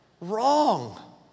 Wrong